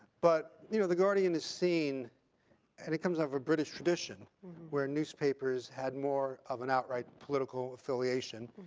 but you know the guardian is seen and it comes out of a british tradition where newspapers had more of an outright political affiliation,